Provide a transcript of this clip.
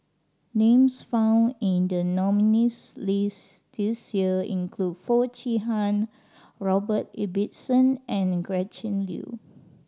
names found in the nominees' list this year include Foo Chee Han Robert Ibbetson and Gretchen Liu